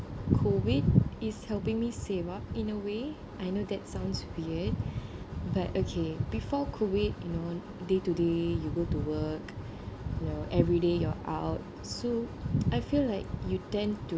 COVID is helping me save up in a way I know that sounds weird but okay before COVID in one day to day you go to work you know everyday you're out so I feel like you tend to